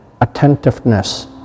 attentiveness